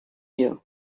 you